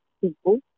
people